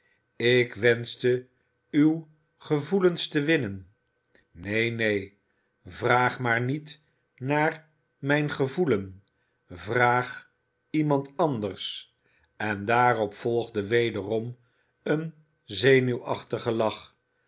ik wenschte uw gevoelen in te winnen neen neen vraag maar niet naar mijn gevoelen vraag iemand anders en daarop volgde wederom een zenuwachtigen lach